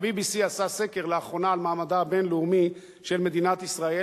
ה-BBC עשה סקר לאחרונה על מעמדה הבין-לאומי של מדינת ישראל,